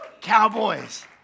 Cowboys